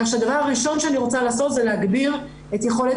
כך שהדבר הראשון שאני רוצה לעשות זה להגביר את יכולת